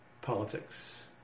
politics